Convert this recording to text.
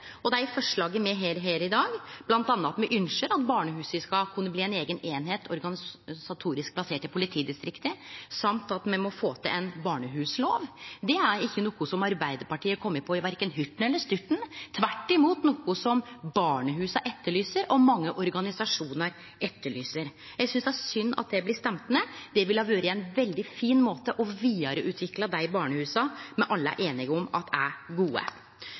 Og dei forslaga me har her i dag, er bl.a. at me ynskjer at barnehusa skal kunne bli ei eiga eining, organisatorisk plassert i politidistrikta, og me må få til ein barnehuslov. Det er ikkje noko som Arbeidarpartiet har kome på i hurten og sturten, men tvert imot noko som barnehusa og mange organisasjonar etterlyser. Eg synest det er synd at det blir stemt ned. Det ville ha vore ein veldig fin måte å vidareutvikle barnehusa på, som me alle er einige om er gode.